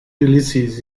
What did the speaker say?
ulysses